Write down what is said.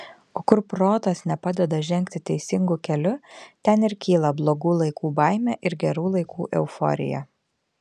o kur protas nepadeda žengti teisingu keliu ten ir kyla blogų laikų baimė ir gerų laikų euforija